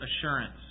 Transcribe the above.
assurance